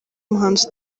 umuhanzi